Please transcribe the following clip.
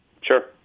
Sure